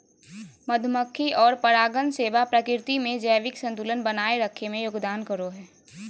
मधुमक्खी और परागण सेवा प्रकृति में जैविक संतुलन बनाए रखे में योगदान करो हइ